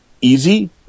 easy